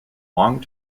long